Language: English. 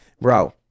bro